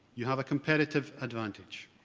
you have a competitive advantage.